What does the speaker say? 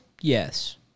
Yes